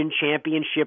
championship